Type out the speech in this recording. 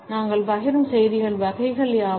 நாங்கள் பகிரும் செய்திகளின் வகைகள் யாவை